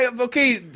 Okay